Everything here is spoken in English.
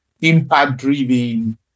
impact-driven